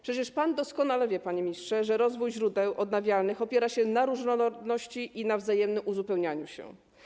Przecież pan doskonale wie, panie ministrze, że rozwój źródeł odnawialnych opiera się na różnorodności i na wzajemnym uzupełnianiu się.